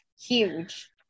Huge